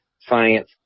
science